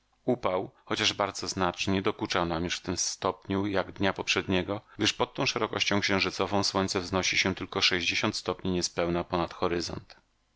upał chociaż bardzo znaczny nie dokuczał nam już w tym stopniu jak dnia poprzedniego gdyż pod tą szerokością księżycową słońce wznosi się tylko sześćdziesiąt stopni niespełna ponad horyzont